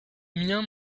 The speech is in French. miens